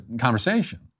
conversation